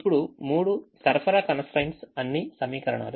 ఇప్పుడు 3 సరఫరా constraints అన్ని సమీకరణాలు